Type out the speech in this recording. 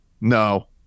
No